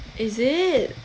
is it